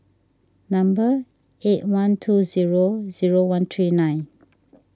number eight one two zero zero one three nine